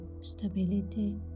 stability